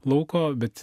lauko bet